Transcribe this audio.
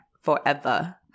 forever